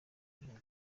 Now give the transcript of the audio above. gihugu